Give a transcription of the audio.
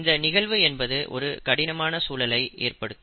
இந்த நிகழ்வு என்பது ஒரு கடினமான சூழலை ஏற்படுத்தும்